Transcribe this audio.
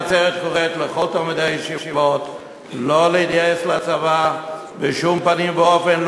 העצרת קוראת לכל תלמידי הישיבות לא להתגייס לצבא בשום פנים ואופן,